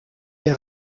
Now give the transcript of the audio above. est